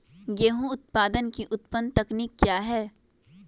गेंहू उत्पादन की उन्नत तकनीक क्या है?